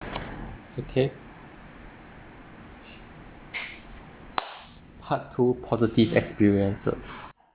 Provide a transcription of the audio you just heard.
okay part two positive experiences